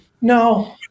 No